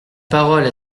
parole